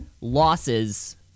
losses